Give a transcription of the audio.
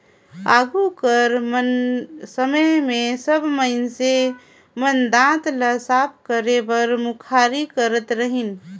आघु कर समे मे सब मइनसे मन दात ल साफ करे बर मुखारी करत रहिन